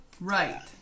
right